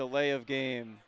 delay of game